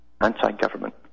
Anti-government